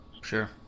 Sure